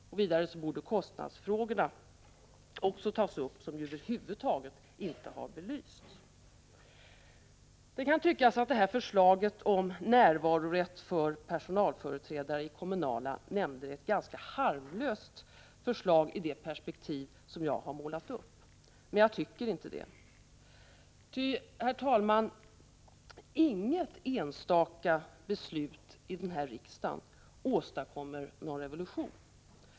Vidare borde man ta upp kostnadsfrågorna, som över huvud taget inte har belysts. Det kan tyckas att förslaget om närvarorätt för personalföreträdare i kommunala nämnder är ett ganska harmlöst förslag i det perspektiv som jag har målat upp, men jag anser inte det. Ty, herr talman, inget enstaka beslut i Prot. 1985/86:26 denna riksdag åstadkommer någon revolution.